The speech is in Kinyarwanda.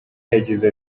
yagize